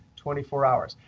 twenty four hours.